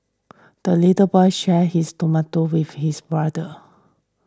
the little boy shared his tomato with his brother